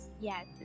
Yes